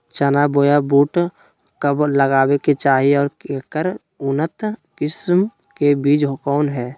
चना बोया बुट कब लगावे के चाही और ऐकर उन्नत किस्म के बिज कौन है?